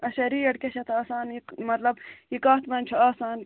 اچھا ریٹ کیاہ چھِ اَتھ آسان یہِ مطلب یہِ کَتھ منٛز چھُ آسان